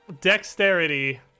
Dexterity